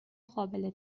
قابل